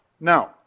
Now